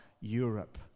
Europe